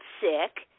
sick